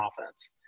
offense